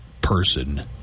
person